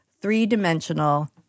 three-dimensional